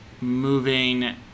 moving